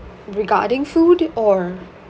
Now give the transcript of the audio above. regarding food or